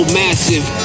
massive